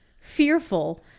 fearful